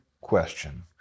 question